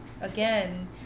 Again